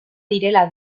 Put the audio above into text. direla